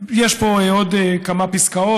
יש פה עוד כמה פסקאות,